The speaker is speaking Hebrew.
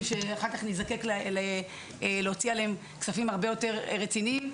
שאחר כך נזדקק להוציא עליהם כספים הרבה יותר רציניים,